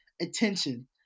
attention